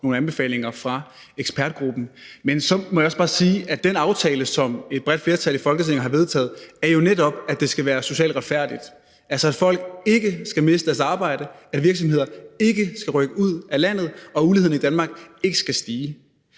nogle anbefalinger fra ekspertgruppen. Men så må jeg også bare sige, at den aftale, som et bredt flertal i Folketinget har vedtaget, jo netop er, at det skal være socialt retfærdigt, altså at folk ikke skal miste deres arbejde, at virksomheder ikke skal rykke ud af landet, og at uligheden i Danmark ikke skal stige.